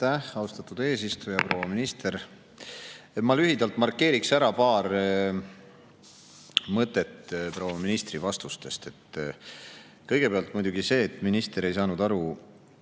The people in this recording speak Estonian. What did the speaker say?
austatud eesistuja! Proua minister! Ma lühidalt markeeriks ära paar mõtet proua ministri vastustest. Kõigepealt muidugi see, et minister ei saanud aru